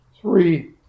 three